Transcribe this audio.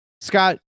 Scott